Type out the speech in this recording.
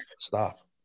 stop